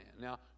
Now